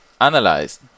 analyzed